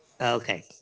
Okay